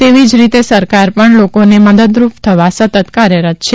તેવી જ રીતો સરકાર પણ લોકોને મદદરૂપ થવા સતત કાર્યરત છે